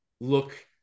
look